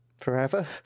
Forever